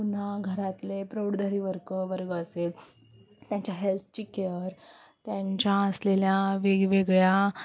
पुन्हा घरातले प्रौडदारी वर्क वर्ग असेल त्यांच्या हेल्थची केअर त्यांच्या असलेल्या वेगवेगळ्या